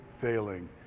failing